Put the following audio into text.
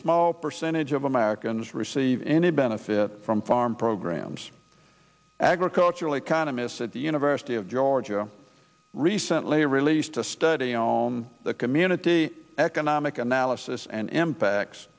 small percentage of americans receive any benefit from farm programs agricultural economist at the university of georgia recently released a study on the community economic analysis and impacts